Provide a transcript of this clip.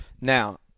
Now